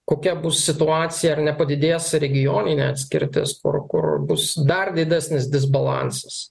kokia bus situacija ar nepadidės regioninė atskirtis kur kur bus dar didesnis disbalansas